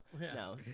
No